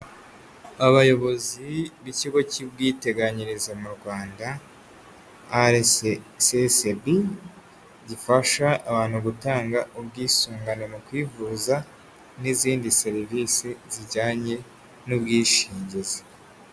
Abayobozi b'ikigo cy'ubwiteganyirize mu Rwanda Arasiyesibi gifasha abantu gutanga ubwisungane mu kwivuza n'izindi serivisi zijyanye n'ubwishingizi.